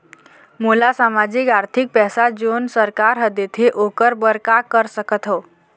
मोला सामाजिक आरथिक पैसा जोन सरकार हर देथे ओकर बर का कर सकत हो?